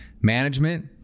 management